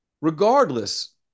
Regardless